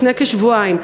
לפני כשבועיים.